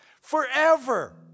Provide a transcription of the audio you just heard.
forever